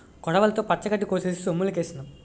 కొడవలితో పచ్చగడ్డి కోసేసి సొమ్ములుకేసినాం